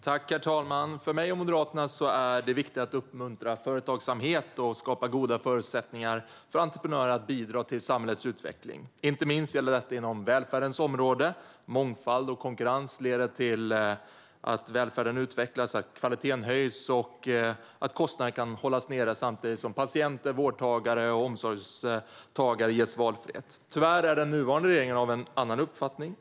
Herr talman! För mig och Moderaterna är det viktigt att uppmuntra företagsamhet och att skapa goda förutsättningar för entreprenörer att bidra till samhällets utveckling. Inte minst gäller detta inom välfärdens område. Mångfald och konkurrens leder till att välfärden utvecklas, att kvaliteten höjs och att kostnader kan hållas nere samtidigt som patienter, vårdtagare och omsorgstagare ges valfrihet. Tyvärr är den nuvarande regeringen av en annan uppfattning.